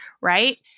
right